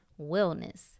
wellness